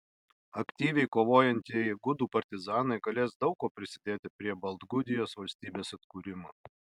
aktyviai kovojantieji gudų partizanai galės daug kuo prisidėti prie baltgudijos valstybės atkūrimo